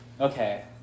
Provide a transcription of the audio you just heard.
okay